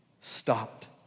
stopped